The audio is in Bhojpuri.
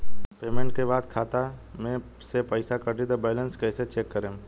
पेमेंट के बाद खाता मे से पैसा कटी त बैलेंस कैसे चेक करेम?